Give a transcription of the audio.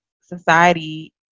society